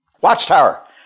Watchtower